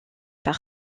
par